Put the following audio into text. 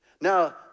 Now